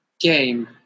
game